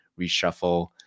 reshuffle